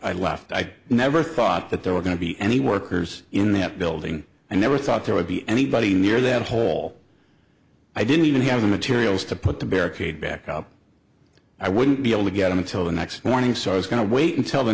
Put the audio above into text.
i left i never thought that there were going to be any workers in that building i never thought there would be anybody near that hole i didn't even have the materials to put the barricade back up i wouldn't be able to get in until the next morning so i was going to wait until the